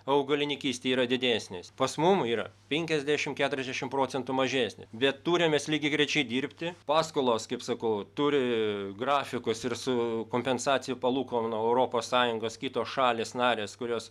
augalininkystėj yra didesnės pas mum yra penkiasdešimt keturiasdešimt procentų mažesnė bet turim mes lygiagrečiai dirbti paskolos kaip sakau turi grafikus ir su kompensacijų palūkanų europos sąjungos kitos šalys narės kurios